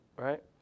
right